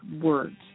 words